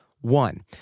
One